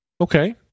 Okay